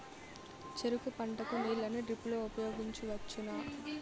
చెరుకు పంట కు నీళ్ళని డ్రిప్ లో ఉపయోగించువచ్చునా?